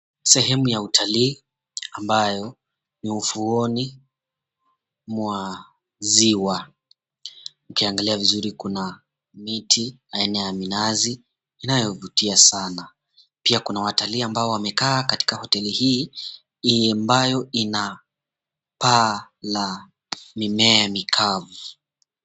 Sehemu ya utalii ambayo ni ufuoni mwa ziwa. Ukiangalia vizuri kuna miti aina ya minazi inayovutia sana. Pia kuna watalii ambao wamekaa katika hoteli hii ambayo ina paa la mimea mikavu.